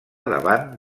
davant